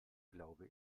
glaube